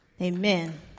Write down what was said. Amen